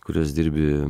kurios dirbi